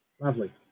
lovely